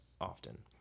often